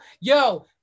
Yo